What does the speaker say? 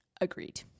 Agreed